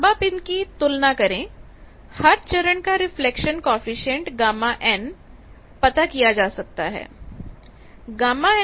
अब आप इनकी तुलना करके हर चरण का रिफ्लेक्शन कॉएफिशिएंट Γn पता कर सकते हैं